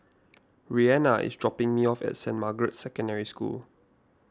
Reanna is dropping me off at Saint Margaret's Secondary School